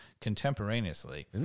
contemporaneously